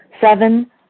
Seven